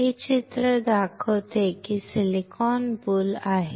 हे चित्र दाखवते की सिलिकॉन बुल आहे